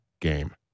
game